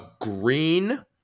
green